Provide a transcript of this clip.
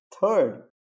Third